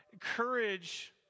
courage